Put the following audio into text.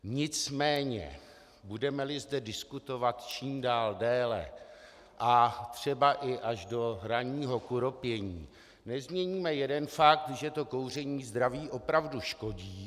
Nicméně budemeli zde diskutovat čím dál déle a třeba až do ranního kuropění, nezměníme jeden fakt, že kouření zdraví opravdu škodí.